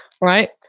Right